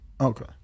Okay